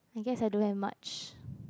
I guess I don't have much